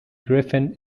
griffin